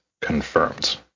confirmed